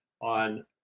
on